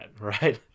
right